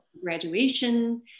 graduation